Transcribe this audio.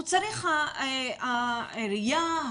העירייה,